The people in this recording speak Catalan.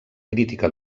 crítica